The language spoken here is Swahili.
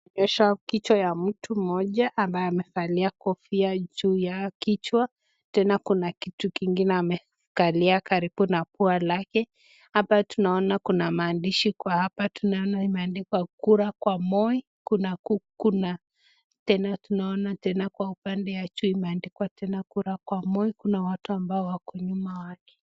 onyesha kichwa ya mtu mmoja mbaye amevalia kofia juu ya kichwa, tena kuna kitu kingine amekalia karibu na pua lake, hapa tunaona kunamaandisha iko hapa tunaona imeandkwa kura kwa moi kuna tena tunaona tena kwa upande wajuu tena imeandikwa kura kwa moi kuna watu ambaye wako nyuma yake.